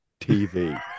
TV